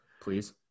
Please